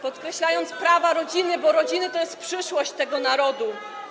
podkreślając prawa rodziny, bo rodziny to jest przyszłość tego narodu.